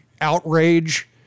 outrage